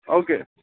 okay